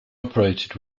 operated